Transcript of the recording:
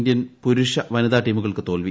Indian പുരുഷ വനിത ടീമുകൾക്ക് തോൽവി